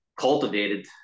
cultivated